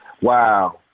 Wow